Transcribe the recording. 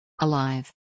alive